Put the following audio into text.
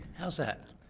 how's that?